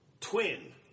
twin